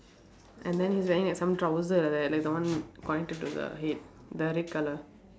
and then he is wearing like some trousers like that like the one to the head the red colour